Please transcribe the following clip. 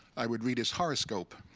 i would read his horoscope.